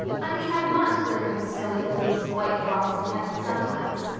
i think i want glittering snowy fields and white frosts in heaven sometimes.